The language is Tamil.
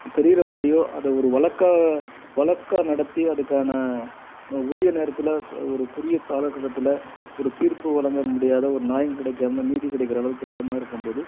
தெரிகிற மாதியோ அதை ஒரு வழக்காக வழக்காக நடத்தி அதுக்கான உரிய நேரத்தில் ஸ் ஒரு குறுகிய காலகட்டத்தில் ஒரு தீர்ப்பு வழங்க முடியாத ஒரு ஞாயம் கிடைக்காம நீதி கிடைக்கற அளவுக்கு இல்லாமல் இருக்கும்போது